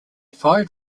fired